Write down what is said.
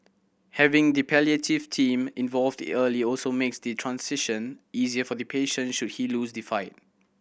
having the palliative team involved early also makes the transition easier for the patient should he lose the fight